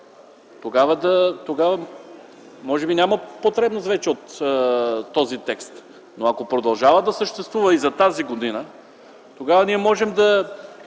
тогава може би няма потребност от този текст. Но ако продължава да съществува и за тази година, тогава без да